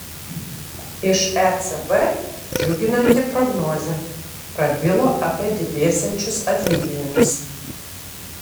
iš ecb džiuginanti prognozė prabilo apie didėsiančius atlyginimus